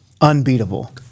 unbeatable